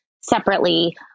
separately